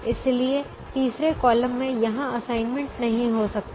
इसलिए तीसरे कॉलम में यहां असाइनमेंट नहीं हो सकता है